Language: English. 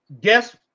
Guess